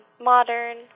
modern